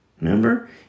Remember